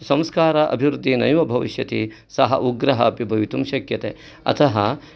संस्कार अभिवृद्धिः नैव भविष्यति सः उग्रः अपि भवितुं शक्यते अतः